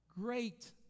Great